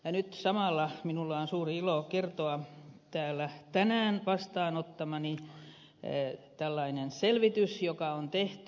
nyt samalla minulla on suuri ilo kertoa täällä tänään vastaanottamastani selvityksestä joka on tehty